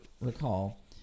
recall